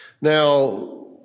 Now